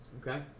Okay